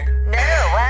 No